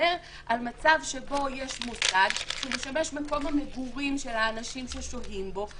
שמדבר על מצב שבו יש מוסד שמשמש מקום המגורים של האנשים ששוהים בו,